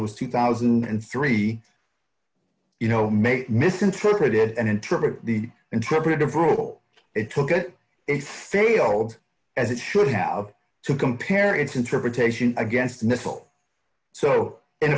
was two thousand and three you know make misinterpreted and interpret the interpretive rule it took a failed as it should have to compare its interpretation against missile so in